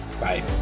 Bye